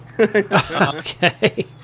Okay